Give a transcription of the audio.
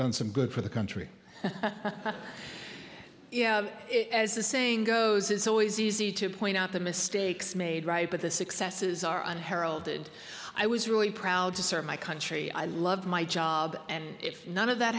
done some good for the country as the saying goes it's always easy to point out the mistakes made right but the successes are unheralded i was really proud to serve my country i love my job and if none of that